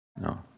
no